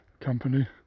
company